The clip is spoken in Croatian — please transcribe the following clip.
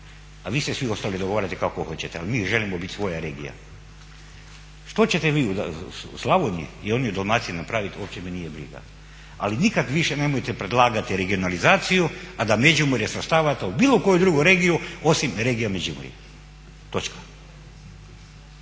a vi se svi ostali dogovarajte kako hoćete ali mi želimo biti svoja regija. Što ćete vi u Slavoniji i oni u Dalmaciji napraviti uopće me nije briga. Ali nikad više nemojte predlagati regionalizaciju, a da Međimurje svrstavate u bilo koju drugu regiju osim regija Međimurje, točka.